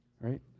right